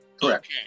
Correct